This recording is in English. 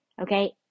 Okay